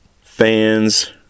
fans